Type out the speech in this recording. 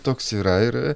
toks yra ir